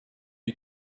you